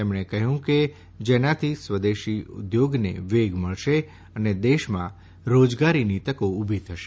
તેમણે કહ્યું કે જેનાથી સ્વદેશી ઉદ્યોગને વેગ મળશે અને દેશમાં રોજગારીની તકો ઉભી થશે